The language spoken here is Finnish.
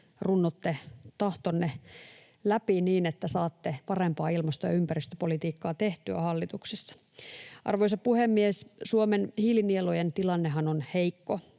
ja runnotte tahtonne läpi niin, että saatte parempaa ilmasto- ja ympäristöpolitiikkaa tehtyä hallituksessa. Arvoisa puhemies! Suomen hiilinielujen tilannehan on heikko.